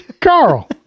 Carl